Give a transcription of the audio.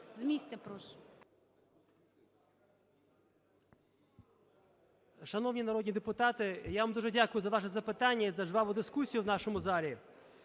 з місця прошу.